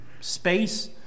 space